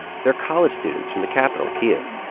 they're college students from the capital, kyiv.